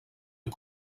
est